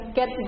get